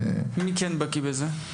לכן --- מי כן בקיא בזה?